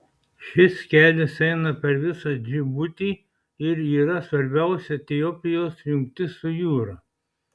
šis kelias eina per visą džibutį ir yra svarbiausia etiopijos jungtis su jūra